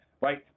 right